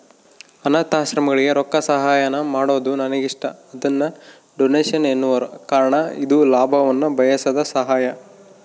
ಅನಾಥಾಶ್ರಮಗಳಿಗೆ ರೊಕ್ಕಸಹಾಯಾನ ಮಾಡೊದು ನನಗಿಷ್ಟ, ಅದನ್ನ ಡೊನೇಷನ್ ಎನ್ನುವರು ಕಾರಣ ಇದು ಲಾಭವನ್ನ ಬಯಸದ ಸಹಾಯ